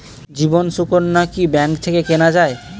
জীবন সুকন্যা কি ব্যাংক থেকে কেনা যায়?